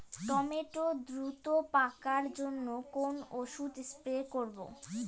Tomato দ্রুত পাকার জন্য কোন ওষুধ স্প্রে করব?